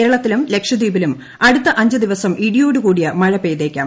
കേരളത്തിലും ലക്ഷദ്വീപിലും അടുത്ത അഞ്ചു ദിവസം ഇടിയോടുകൂടിയ മഴപെയ്തേക്കാം